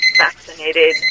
vaccinated